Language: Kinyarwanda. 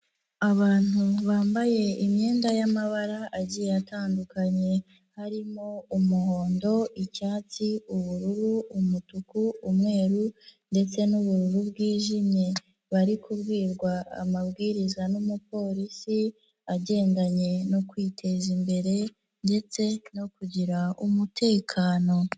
Abantu bambaye imyenda y'amabara agiye atandukanye harimo umuhondo, icyatsi, ubururu, umutuku, umweru ndetse n'ubururu bwijimye, bari kubwirwa amabwiriza n'umupolisi agendanye no kwiteza imbere ndetse no kugira umutekano.